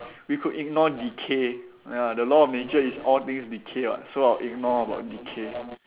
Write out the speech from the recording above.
we could ignore decay ya the law of nature is all things decay [what] so I'll ignore about decay